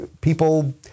people